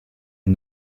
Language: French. est